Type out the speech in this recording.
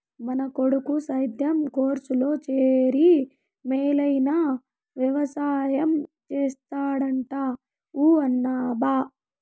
మన కొడుకు సేద్యం కోర్సులో చేరి మేలైన వెవసాయం చేస్తాడంట ఊ అనబ్బా